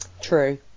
True